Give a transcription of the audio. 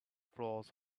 floors